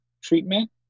treatment